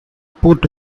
put